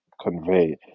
convey